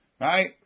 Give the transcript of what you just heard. right